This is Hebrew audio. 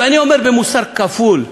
ואני אומר, במוסר כפול.